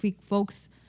folks